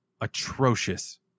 atrocious